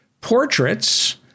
portraits